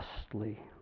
justly